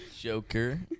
joker